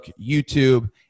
YouTube